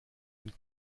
une